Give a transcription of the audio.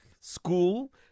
school